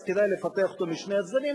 כדאי לפתח אותו משני הצדדים,